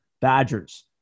Badgers